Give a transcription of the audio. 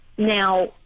Now